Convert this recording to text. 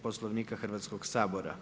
Poslovnika Hrvatskoga sabora.